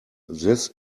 this